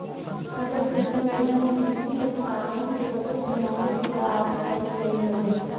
सतत कृषि योजना में कृषि के उत्पादन के सतत बनावे के बात कईल गईल हवे